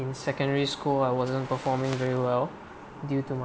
in secondary school I wasn't performing very well due to my